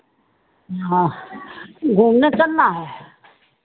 हाँ घूमने चलना है